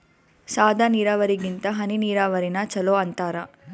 ಸಾದ ನೀರಾವರಿಗಿಂತ ಹನಿ ನೀರಾವರಿನ ಚಲೋ ಅಂತಾರ